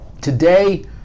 today